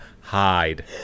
hide